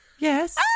Yes